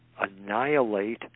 annihilate